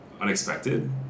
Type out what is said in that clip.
unexpected